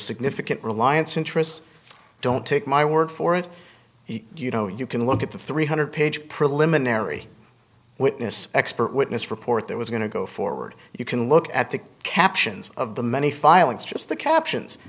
significant reliance interests don't take my word for it you know you can look at the three hundred page preliminary witness expert witness report that was going to go forward you can look at the captions of the many filings just the captions